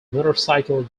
motorcycle